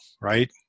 Right